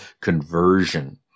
conversion